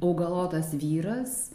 augalotas vyras